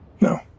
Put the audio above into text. No